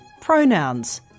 pronouns